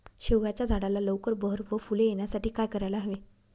शेवग्याच्या झाडाला लवकर बहर व फूले येण्यासाठी काय करायला हवे?